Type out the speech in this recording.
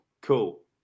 cool